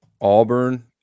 Auburn